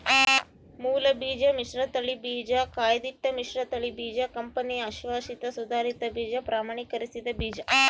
ಮೂಲಬೀಜ ಮಿಶ್ರತಳಿ ಬೀಜ ಕಾಯ್ದಿಟ್ಟ ಮಿಶ್ರತಳಿ ಬೀಜ ಕಂಪನಿ ಅಶ್ವಾಸಿತ ಸುಧಾರಿತ ಬೀಜ ಪ್ರಮಾಣೀಕರಿಸಿದ ಬೀಜ